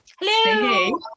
Hello